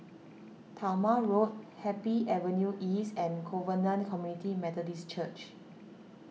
Talma Road Happy Avenue East and Covenant Community Methodist Church